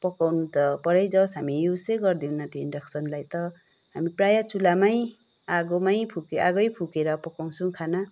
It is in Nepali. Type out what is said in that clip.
पकाउनु त परै जावोस् हामी युजै गर्दैनौँ त्यो इन्डक्सनलाई त हामी प्राय चुल्हामै आगोमै आगै फुकेर पकाउँछौँ खाना